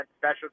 special